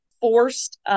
forced